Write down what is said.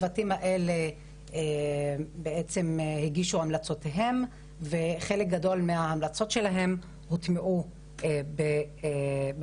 הצוותים האלה הגישו המלצות וחלק גדול מההמלצות שלהם הוטמעו בתוכנית.